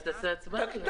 אז נעשה הצבעה על זה.